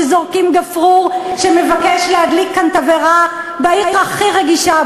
שזורקים גפרור שמבקש להדליק כאן תבערה בעיר הכי רגישה,